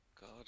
God